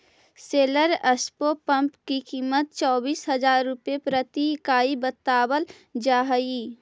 solar spray pump की कीमत चौबीस हज़ार रुपए प्रति इकाई बतावल जा हई